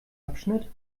abschnitt